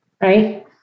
right